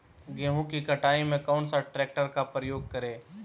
गेंहू की कटाई में कौन सा ट्रैक्टर का प्रयोग करें?